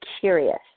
curious